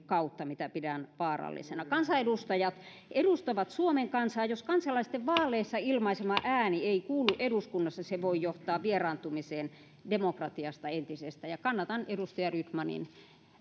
kautta mitä pidän vaarallisena kansanedustajat edustavat suomen kansaa ja jos kansalaisten vaaleissa ilmaisema ääni ei kuulu eduskunnassa se voi johtaa vieraantumiseen demokratiasta entisestään kannatan edustaja rydmanin